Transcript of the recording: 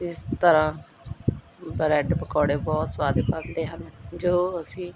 ਇਸ ਤਰ੍ਹਾਂ ਬਰੈਡ ਪਕੌੜੇ ਬਹੁਤ ਸਵਾਦ ਬਣਦੇ ਹਨ ਜੋ ਅਸੀਂ